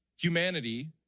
Humanity